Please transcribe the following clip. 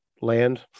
land